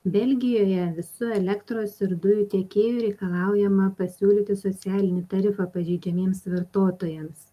belgijoje visų elektros ir dujų tiekėjų reikalaujama pasiūlyti socialinį tarifą pažeidžiamiems vartotojams